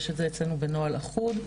יש את זה אצלנו בנוהל אחוד.